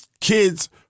kid's